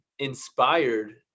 inspired